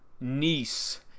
niece